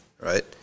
right